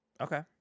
Okay